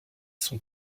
son